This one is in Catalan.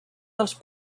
dels